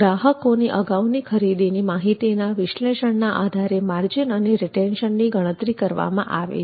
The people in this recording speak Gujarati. ગ્રાહકોની અગાઉની ખરીદીના માહિતીના વિશ્લેષણના આધારે માર્જિન અને રીટેન્શનની ગણતરી કરવામાં આવે છે